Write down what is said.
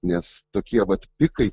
nes tokie vat pikai